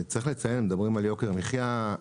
מדברים על יוקר המחיה,